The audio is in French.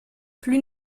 plus